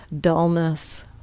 dullness